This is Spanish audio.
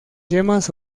yemas